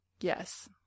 Yes